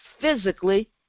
physically